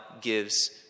gives